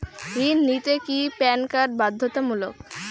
ঋণ নিতে কি প্যান কার্ড বাধ্যতামূলক?